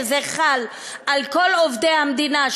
שזה חל על כל עובדי המדינה,